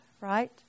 right